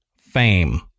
fame